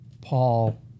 Paul